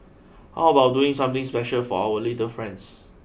how about doing something special for our little friends